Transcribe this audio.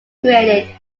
credited